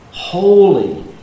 holy